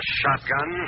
shotgun